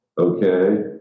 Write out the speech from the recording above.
okay